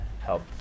help